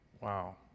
Wow